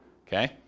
Okay